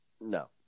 no